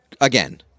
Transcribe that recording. Again